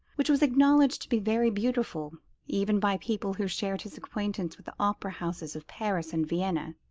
which was acknowledged to be very beautiful even by people who shared his acquaintance with the opera houses of paris and vienna.